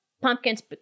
pumpkins